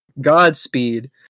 Godspeed